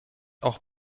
auch